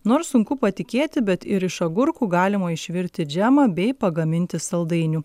nors sunku patikėti bet ir iš agurkų galima išvirti džemą bei pagaminti saldainių